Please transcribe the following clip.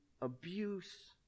abuse